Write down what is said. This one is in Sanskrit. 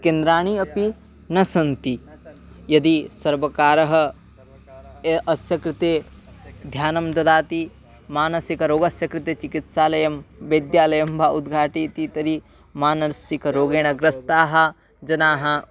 केन्द्राणि अपि न सन्ति यदि सर्वकारः अस्य कृते ध्यानं ददाति मानसिकरोगस्य कृते चिकित्सालयं वैद्यालयं वा उद्घाटयति तर्हि मानसिकरोगेण ग्रस्ताः जनाः